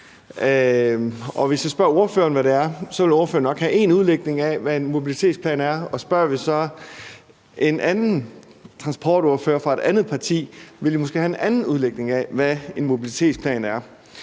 hvad det er, vil spørgeren nok have én udlægning af, hvad en mobilitetsplan er, og spørger vi så en anden transportordfører fra et andet parti, vil den ordfører måske have en anden udlægning af, hvad en mobilitetsplan er.